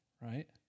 right